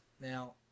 Now